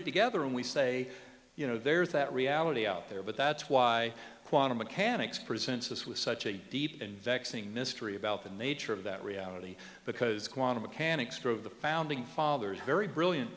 it together and we say you know there's that reality out there but that's why quantum mechanics presents us with such a deep and vexing mystery about the nature of that reality because quantum mechanics drove the founding fathers very brilliant